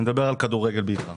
אני מדבר על כדורגל בעיקר.